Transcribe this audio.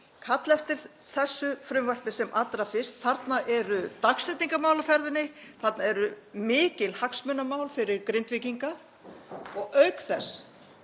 kalla eftir þessu frumvarpi sem allra fyrst. Þarna eru dagsetningarmál á ferðinni. Þarna eru mikil hagsmunamál fyrir Grindvíkinga og auk þess